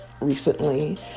recently